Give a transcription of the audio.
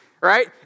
right